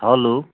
hello